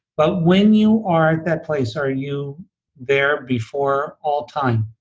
but when you are at that place are you there before all time,